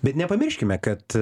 bet nepamirškime kad